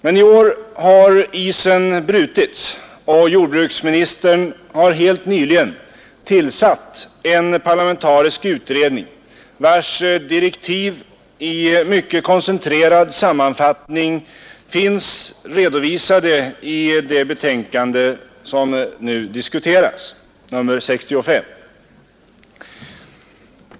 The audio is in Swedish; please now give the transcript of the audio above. I år har isen brutits och jordbruksministern har helt nyligen tillsatt en parlamentarisk utredning, vars direktiv i mycket koncentrerad sammanfattning finns med i det betänkande nr 65 från jordbruksutskottet som vi nu diskuterar.